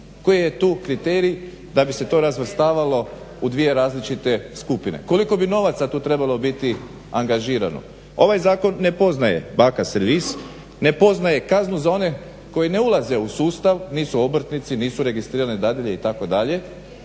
Koji je tu kriterij da bi se to razvrstavalo u dvije različite skupine. Koliko bi novaca tu trebalo biti angažirano. Ovaj zakon ne poznaje baka servis, ne poznaje kaznu za one koji ne ulaze u sustav, nisu obrtnici, nisu registrirane dadilje itd.